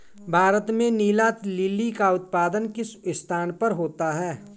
भारत में नीला लिली का उत्पादन किस स्थान पर होता है?